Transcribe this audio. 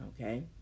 okay